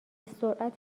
سرعت